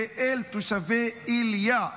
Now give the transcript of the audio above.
זה אל תושבי איליא,